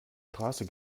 straße